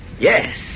Yes